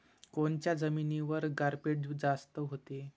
कोनच्या जमिनीवर गारपीट जास्त व्हते?